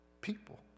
people